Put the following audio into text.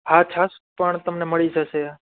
હા છાસ પણ તમને મળી જશે